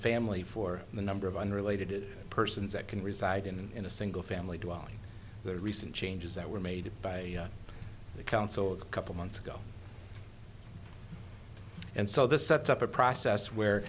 family for the number of unrelated persons that can reside in in a single family dwelling the recent changes that were made by the council a couple months ago and so this sets up a process